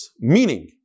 meaning